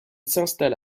s’installe